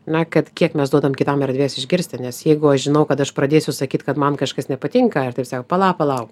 na kad kiek mes duodam kitam erdvės išgirsti nes jeigu aš žinau kad aš pradėsiu sakyt kad man kažkas nepatinka ir taip pala palauk